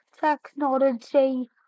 Technology